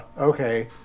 okay